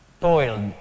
toiled